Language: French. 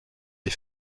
les